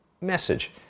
message